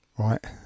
right